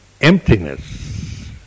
emptiness